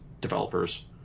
developers